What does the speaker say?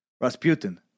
Rasputin